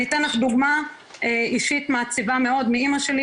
אני אתן לך דוגמא אישית מעציבה מאוד מאמא שלי,